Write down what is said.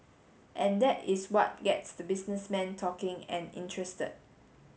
and that is what gets the businessmen talking and interested